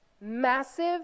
Massive